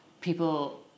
people